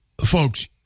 folks